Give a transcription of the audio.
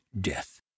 death